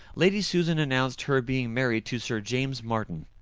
lady susan announced her being married to sir james martin.